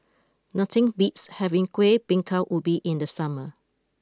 nothing beats having Kueh Bingka Ubi in the summer